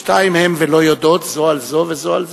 שתיים הן ולא יודעות, זו על זו, וזו על זו.